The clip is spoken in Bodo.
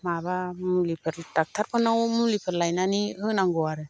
माबा मुलिफोर डक्ट'रफोरनाव मुलिफोर लायनानै होनांगौ आरो